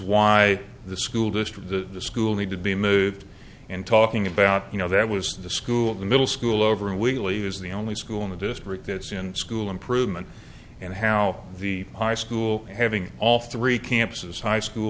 why the school district to the school need to be moved and talking about you know that was the school in the middle school over whitley is the only school in the district that's in school improvement and how the high school having all three campuses high school